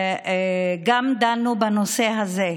000 בקשות נדחו.